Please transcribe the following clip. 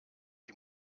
die